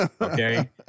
Okay